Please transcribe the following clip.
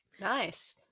Nice